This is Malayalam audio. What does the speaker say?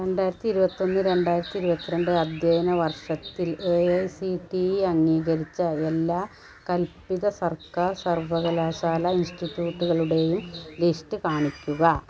രണ്ടായിരത്തി ഇരുപത്തൊന്ന് രണ്ടായിരത്തി ഇരുപത്തിരണ്ട് അധ്യയന വർഷത്തിൽ A I C T E അംഗീകരിച്ച എല്ലാ കൽപ്പിത സർക്കാർ സർവകലാശാല ഇൻസ്റ്റിറ്റ്യൂട്ടുകളുടെയും ലിസ്റ്റ് കാണിക്കുക